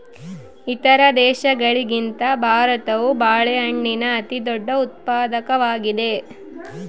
ಇತರ ದೇಶಗಳಿಗಿಂತ ಭಾರತವು ಬಾಳೆಹಣ್ಣಿನ ಅತಿದೊಡ್ಡ ಉತ್ಪಾದಕವಾಗಿದೆ